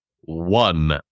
one